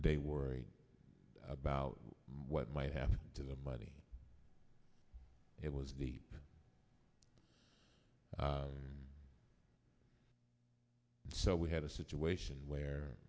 they worried about what might happen to the money it was the so we had a situation where